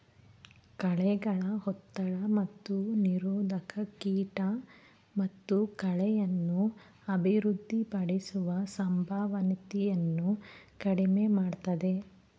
ಕಳೆಗಳ ಒತ್ತಡ ಮತ್ತು ನಿರೋಧಕ ಕೀಟ ಮತ್ತು ಕಳೆಯನ್ನು ಅಭಿವೃದ್ಧಿಪಡಿಸುವ ಸಂಭವನೀಯತೆಯನ್ನು ಕಡಿಮೆ ಮಾಡ್ತದೆ